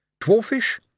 Dwarfish